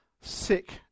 sick